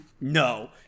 No